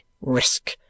Risk